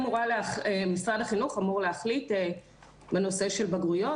משרד החינוך אמור להחליט בנושא של בגרויות,